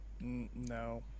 No